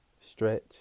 Stretch